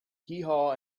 heehaw